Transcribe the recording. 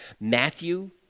Matthew